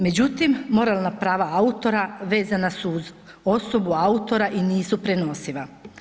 Međutim, moralna prava autora vezana su uz osobu, autora i nisu prenosiva.